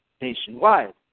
nationwide